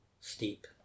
steep